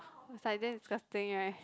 it's like damn disgusting right